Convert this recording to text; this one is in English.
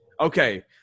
Okay